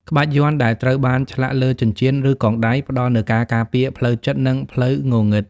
ក្បាច់យ័ន្តដែលត្រូវបានឆ្លាក់លើចិញ្ចៀន ឬកងដៃផ្តល់នូវការការពារផ្លូវចិត្ត និងផ្លូវងងឹង។